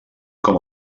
com